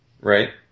Right